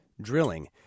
drilling